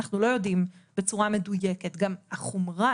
אנחנו לא יודעים בצורה מדויקת וגם החומרה